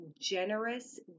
generous